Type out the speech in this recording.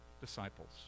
disciples